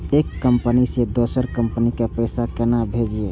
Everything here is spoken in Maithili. एक कंपनी से दोसर कंपनी के पैसा केना भेजये?